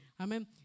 amen